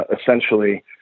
essentially